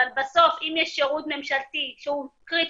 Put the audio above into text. אבל בסוף אם יש שירות ממשלתי שהוא קריטי,